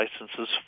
licenses